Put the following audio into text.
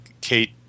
Kate